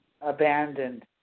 abandoned